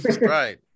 Right